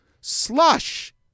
Slush